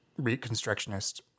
Reconstructionist